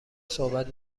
صحبت